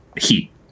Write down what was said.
heat